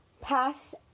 pass